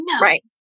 Right